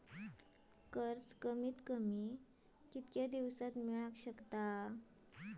कर्ज कमीत कमी कितक्या दिवसात मेलक शकता?